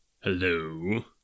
Hello